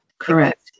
Correct